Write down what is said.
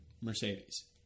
Mercedes